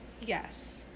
Yes